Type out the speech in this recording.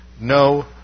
no